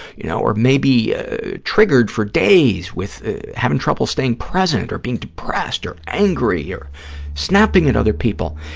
you know, or may be triggered for days, with having trouble staying present or being depressed or angry or snapping at other people.